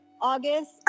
August